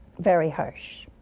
very harsh.